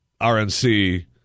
RNC